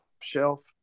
Shelf